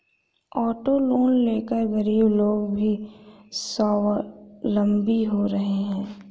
auto loan लेकर गरीब लोग भी स्वावलम्बी हो रहे हैं